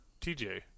TJ